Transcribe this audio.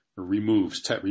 removes